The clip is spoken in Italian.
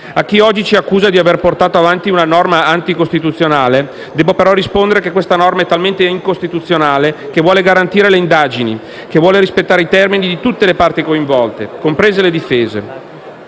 A chi oggi ci accusa di aver portato avanti una norma anticostituzionale, debbo però rispondere che questa norma è talmente incostituzionale che vuole garantire le indagini, che vuole rispettare i termini di tutte le parti coinvolte, comprese le difese.